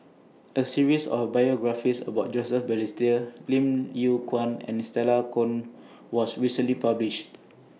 A series of biographies about Joseph Balestier Lim Yew Kuan and Stella Kon was recently published